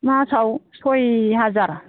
मासाव सय हाजार